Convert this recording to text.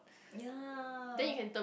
ya